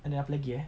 and then apa lagi eh